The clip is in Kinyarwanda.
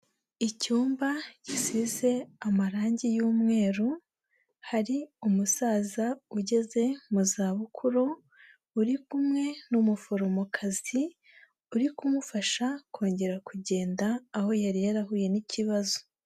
Icyumba gisize amarangi y'umweru, hari umusaza ugeze mu zabukuru uri kumwe n'umuforomokazi uri kumufasha kongera kugenda aho yari yarahuye n'ikibazo